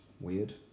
weird